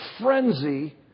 frenzy